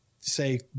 say